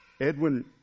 Edwin